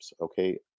okay